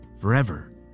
forever